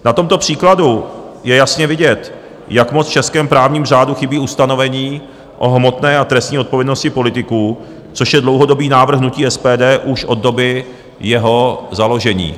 Na tomto příkladu je jasně vidět, jak moc v českém právním řádu chybí ustanovení o hmotné a trestní odpovědnosti politiků, což je dlouhodobý návrh hnutí SPD už od doby jeho založení.